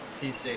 PC